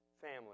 family